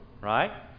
right